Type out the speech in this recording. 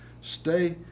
Stay